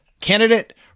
candidate